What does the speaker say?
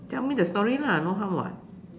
tell me the story lah no harm [what]